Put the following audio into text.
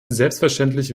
selbstverständlich